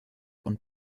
und